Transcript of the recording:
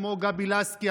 כמו גבי לסקי,